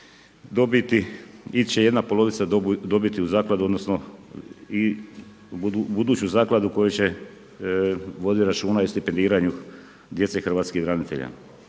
će jedna polovica dobiti u zakladu odnosno u buduću zakladu koja će voditi računa o stipendiranju djece hrvatskih branitelja.